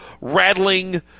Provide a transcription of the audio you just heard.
rattling